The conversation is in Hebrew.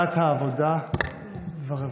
ועדת העבודה והרווחה.